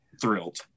thrilled